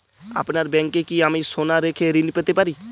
আপনার ব্যাংকে কি আমি সোনা রেখে ঋণ পেতে পারি?